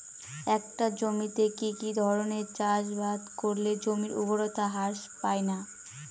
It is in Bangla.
একটা জমিতে কি কি ধরনের চাষাবাদ করলে জমির উর্বরতা হ্রাস পায়না?